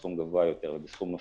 בסכום גבוה יותר, בסכום נוסף,